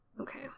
Okay